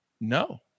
No